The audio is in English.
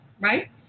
right